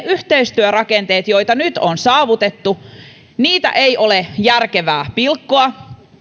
yhteistyörakenteita joita nyt on saavutettu ei ole järkevää pilkkoa